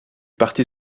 parti